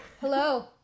Hello